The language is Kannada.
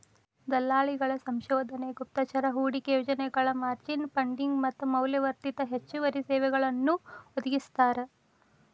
ದಲ್ಲಾಳಿಗಳ ಸಂಶೋಧನೆ ಗುಪ್ತಚರ ಹೂಡಿಕೆ ಯೋಜನೆಗಳ ಮಾರ್ಜಿನ್ ಫಂಡಿಂಗ್ ಮತ್ತ ಮೌಲ್ಯವರ್ಧಿತ ಹೆಚ್ಚುವರಿ ಸೇವೆಗಳನ್ನೂ ಒದಗಿಸ್ತಾರ